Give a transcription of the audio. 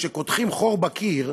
כשקודחים חור בקיר,